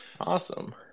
Awesome